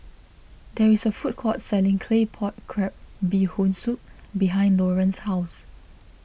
there is a food court selling Claypot Crab Bee Hoon Soup behind Loran's house